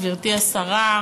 גברתי השרה,